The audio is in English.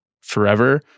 forever